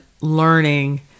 learning